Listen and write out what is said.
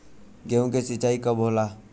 गेहूं के सिंचाई कब होला?